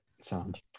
Sound